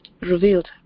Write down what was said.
revealed